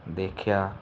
ਦੇਖਿਆ